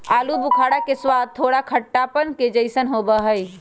आलू बुखारा के स्वाद थोड़ा खट्टापन जयसन होबा हई